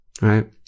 right